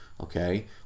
Okay